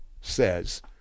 says